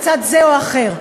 לצד זה או אחר.